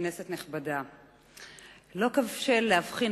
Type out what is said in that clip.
כנסת נכבדה, לא קשה להבחין